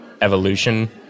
evolution